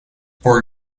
for